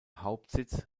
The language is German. hauptsitz